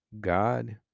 God